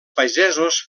pagesos